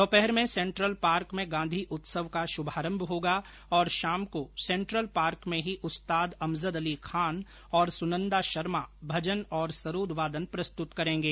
दोपहर में central park में गांधी उत्सव का शुभारम्भ होगा और शाम को सेन्ट्रल पार्क में ही उस्ताद अमजद अली खान और सुनन्दा शर्मा भजन और सरोद वादन प्रस्तुत करेंगे